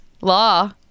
law